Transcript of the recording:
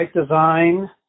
design